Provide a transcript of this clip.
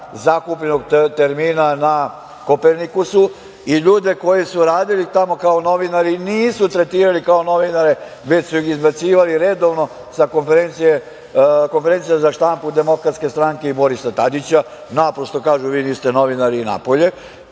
zakupljenog termina, na „Kopernikusu“ i ljude koji su radili tamo kao novinari nisu tretirali kao novinare, već su ih izbacivali redovno sa konferencije za štampu DS i Borisa Tadića. Naprosto kažu - vi niste novinari, napolje.